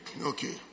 Okay